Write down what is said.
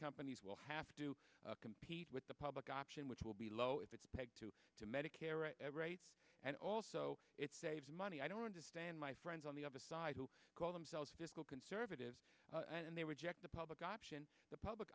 companies will have to compete with the public option which will be low if expect to to medicare and also it saves money i don't understand my friends on the other side who call themselves fiscal conservatives and they reject the public option the public